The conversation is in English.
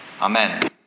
Amen